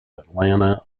atlanta